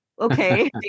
okay